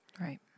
Right